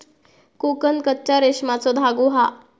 कोकन कच्च्या रेशमाचो धागो हा